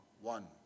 one